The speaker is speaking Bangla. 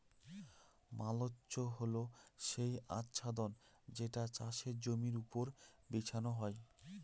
মালচ্য হল সেই আচ্ছাদন যেটা চাষের জমির ওপর বিছানো হয়